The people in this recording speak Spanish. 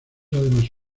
además